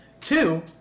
Two